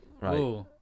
right